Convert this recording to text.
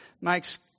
makes